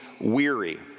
weary